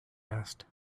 asked